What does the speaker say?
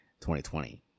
2020